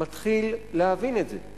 מתחיל להבין את זה,